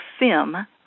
FIM